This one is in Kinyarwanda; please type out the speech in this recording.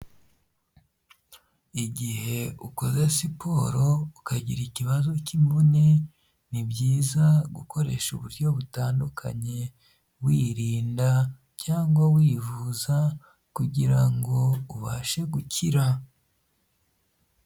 Igihe ukoze siporo ukagira ikibazo cy'imvune, ni byiza gukoresha uburyo butandukanye, wirinda cyangwa wivuza kugira ubashe gukira.